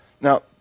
Now